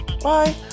bye